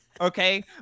Okay